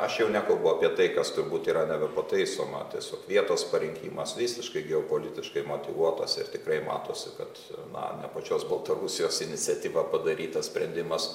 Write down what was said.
aš jau nekalbu apie tai kas turbūt yra nebepataisoma tiesiog vietos parinkimas visiškai geopolitiškai motyvuotas ir tikrai matosi kad na ne pačios baltarusijos iniciatyva padarytas sprendimas